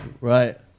Right